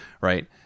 Right